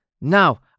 Now